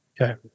Okay